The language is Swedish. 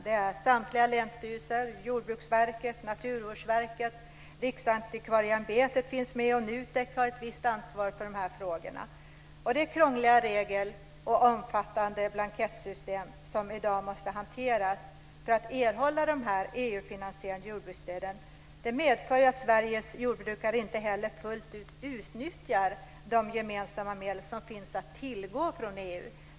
Det är samtliga länsstyrelser, Jordbruksverket, Naturvårdsverket. Riksantikvarieämbetet finns också med, och även NUTEK har ett visst ansvar för de här frågorna. Det är krångliga regler och omfattande blankettsystem som man i dag måste hantera för att erhålla de EU finansierade jordbruksstöden. Det medför att Sveriges jordbrukare inte heller fullt ut utnyttjar de gemensamma medel som finns att tillgå från EU.